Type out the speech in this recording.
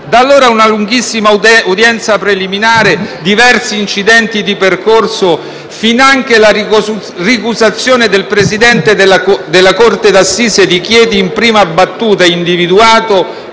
stata una lunghissima udienza preliminare, diversi incidenti di percorso e finanche la ricusazione del presidente della corte d'assise di Chieti, in prima battuta individuato